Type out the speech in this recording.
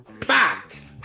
fact